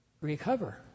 recover